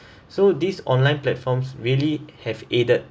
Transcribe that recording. so this online platforms really have aided